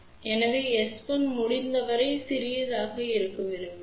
எனவே எஸ் 21 முடிந்தவரை சிறியதாக இருக்க விரும்புகிறோம்